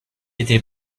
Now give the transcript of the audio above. été